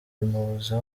bimubuza